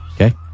Okay